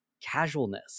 casualness